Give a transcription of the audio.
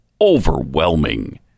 overwhelming